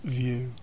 view